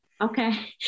Okay